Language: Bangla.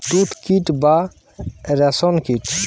তুত কীট বা রেশ্ম কীট